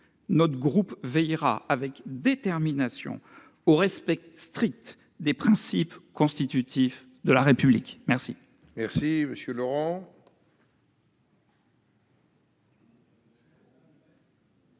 Notre groupe veillera avec détermination au respect strict des principes constitutifs de la République. La